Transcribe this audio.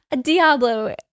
Diablo